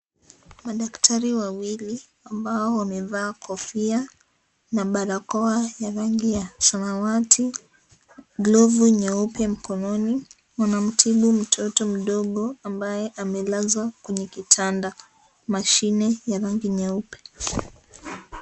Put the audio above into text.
Madaktari wawili ambao wamevaa kofia na barakoa ya rangi ya samawati , nyeupe mkononi wanamtibu mtoto mdogo ambaye amelazwa kwenye kitanda. Mashine ya rangi nyeupe.